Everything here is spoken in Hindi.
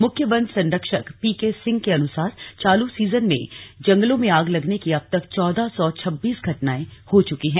मुख्य वन संरक्षक पीके सिंह के अनुसार चालू सीजन में जंगलों में आग लगने की अब तक चौदह सौ छब्बीस घटनाए हो चुकी हैं